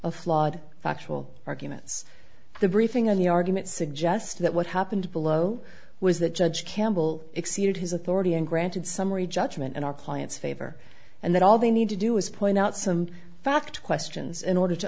of flawed factual arguments the briefing of the argument suggest that what happened below was that judge campbell exceeded his authority and granted summary judgment in our client's favor and that all they need to do is point out some fact questions in order to